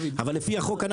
אבל לפי החוק,